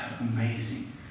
amazing